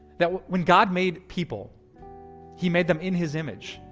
that when god made people he made them in his image.